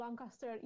Lancaster